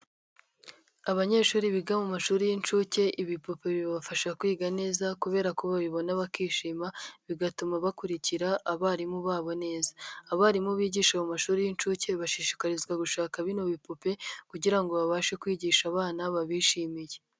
Abanyeshuri biga mu mashuri y'incuke, ibipupe bibafasha kwiga neza kubera ko babibona bakishima, bigatuma bakurikira abarimu babo neza, abarimu bigisha mu mashuri y'incuke bashishikarizwa gushaka bino bipupe kugira ngo babashe kwigisha abana, babishimiye.